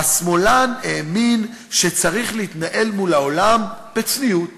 השמאלן האמין שצריך להתנהל מול העולם בצניעות